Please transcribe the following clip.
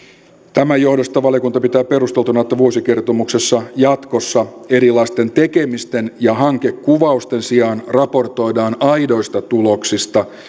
tämän johdosta valiokunta pitää perusteltuna että vuosikertomuksessa jatkossa erilaisten tekemisten ja hankekuvausten sijaan raportoidaan aidoista tuloksista